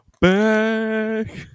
back